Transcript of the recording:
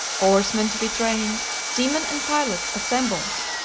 oarsmen to be trained, seamen and pilots assembled.